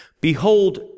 Behold